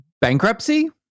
Bankruptcy